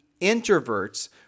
introverts